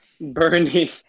Bernie